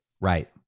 Right